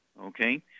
okay